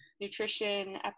nutrition